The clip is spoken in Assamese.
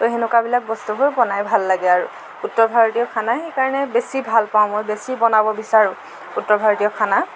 সেনেকুৱাবিলাক বস্তুবোৰ বনাই ভাল লাগে আৰু উত্তৰ ভাৰতীয় খানা সেইকাৰণে বেছি ভাল পাওঁ মই বেছি বনাব বিচাৰোঁ উত্তৰ ভাৰতীয় খানা